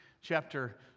chapter